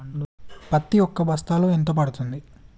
పత్తి ఒక బస్తాలో ఎంత పడ్తుంది?